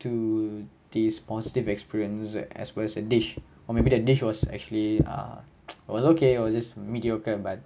to this positive experience as well as the dish or maybe the dish was actually uh was okay or just mediocre but